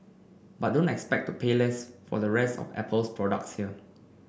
but don't expect to pay less for the rest of Apple's products here